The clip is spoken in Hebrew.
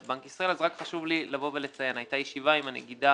בנק ישראל אז רק חשוב לי לבוא ולציין: היתה ישיבה עם הנגידה.